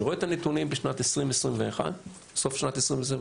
אני רואה את הנתונים בסוף שנת 2021,